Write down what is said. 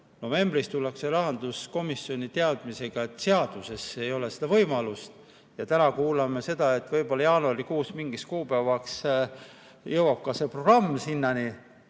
Novembris tuldi rahanduskomisjoni teadmisega, et seaduses ei ole seda võimalust, ja täna kuuleme seda, et võib-olla jaanuarikuus mingiks kuupäevaks jõuab ka see programm sinnani,